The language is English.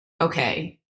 okay